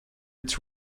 its